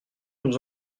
nous